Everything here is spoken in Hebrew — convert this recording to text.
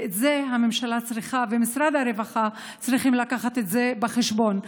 ואת זה הממשלה ומשרד הרווחה צריכים להביא בחשבון.